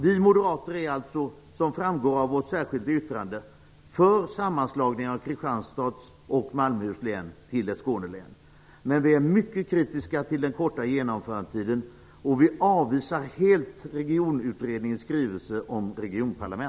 Vi moderater är alltså, som framgår av vårt särskilda yttrande, för sammanslagningen av Kristianstads och Malmöhus län till ett Skånelän, men vi är mycket kritiska till den korta genomförandetiden, och vi avvisar helt Regionutredningens skrivelse om regionparlament.